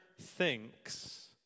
thinks